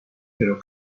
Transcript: pero